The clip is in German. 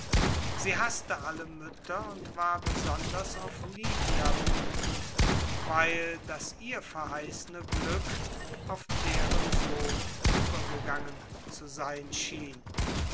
sie haßte alle mütter und war besonders auf livia wüthend weil das ihr verheißene glück auf deren sohn übergegangen zu sein schien